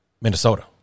Minnesota